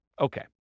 Okay